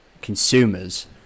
consumers